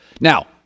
now